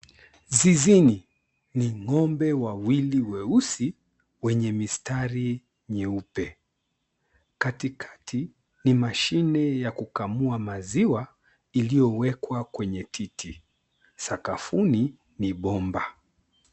Zizini ni ng'ombe wawili weusi wenye mistari nyeupe, katikati ni mashine ya kukamua maziwa iliowekwa kwenye titi sakafuni ni bomba.